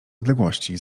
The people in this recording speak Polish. odległości